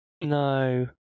No